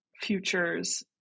futures